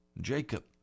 Jacob